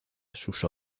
sus